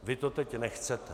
Vy to teď nechcete.